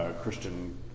Christian